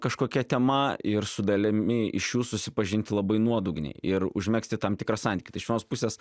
kažkokia tema ir su dalimi iš jų susipažinti labai nuodugniai ir užmegzti tam tikrą santykį tai iš vienos pusės